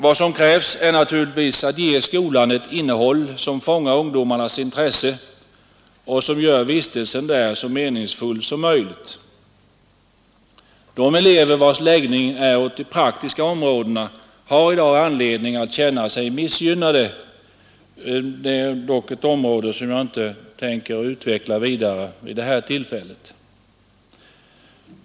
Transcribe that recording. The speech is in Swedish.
Vad som krävs är att man ger skolan ett innehåll som fångar ungdomarnas intresse och som gör vistelsen där så meningsfull som möjligt. De elever vilkas läggning är åt de praktiska områdena har i dag anledning att känna sig missgynnade. Detta tänker jag emellertid inte utveckla vidare vid det här tillfället.